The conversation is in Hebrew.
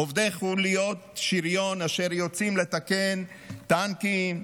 עובדי חוליות שריון יוצאים לתקן טנקים,